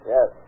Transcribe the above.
Yes